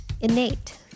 Innate